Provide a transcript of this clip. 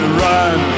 run